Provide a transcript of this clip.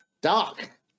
Dark